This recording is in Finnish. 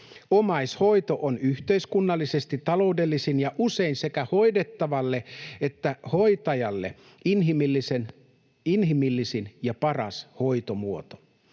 Omaishoito on yhteiskunnallisesti taloudellisin ja usein sekä hoidettavalle että hoitajalle inhimillisin ja paras hoitomuoto.